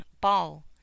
ball